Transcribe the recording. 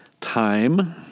time